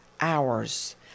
hours